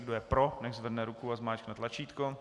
Kdo je pro, nechť zvedne ruku a zmáčkne tlačítko.